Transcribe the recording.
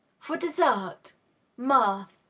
for dessert mirth,